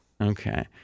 Okay